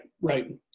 right